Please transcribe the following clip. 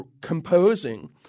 composing